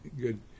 good